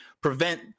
prevent